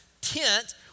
tent